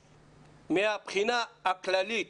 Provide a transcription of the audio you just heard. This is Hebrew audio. במנותק מהבחינה הכללית